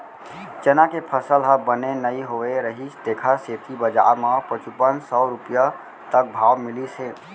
चना के फसल ह बने नइ होए रहिस तेखर सेती बजार म पचुपन सव रूपिया तक भाव मिलिस हे